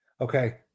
Okay